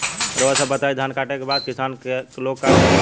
रउआ सभ बताई धान कांटेके बाद किसान लोग का करेला?